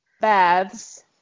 baths